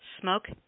smoke